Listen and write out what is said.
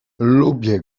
lubię